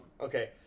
Okay